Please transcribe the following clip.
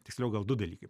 tiksliau gal du dalykai